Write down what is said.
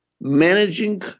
Managing